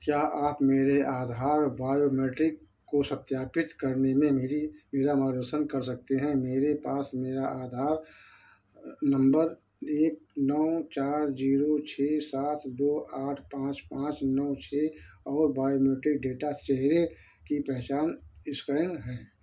क्या आप मेरे आधार बायोमेट्रिक को सत्यापित करने में मेरी मेरा मार्गदर्शन कर सकते हैं मेरे पास मेरा आधार नम्बर एक नौ चार जीरो छः सात दो आठ पाँच पाँच नौ छः और बायोमेट्रिक डेटा चेहरे की पहचान इस्कैन है